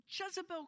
Jezebel